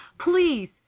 Please